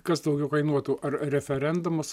kas daugiau kainuotų ar referendumas